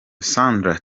sandra